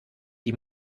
die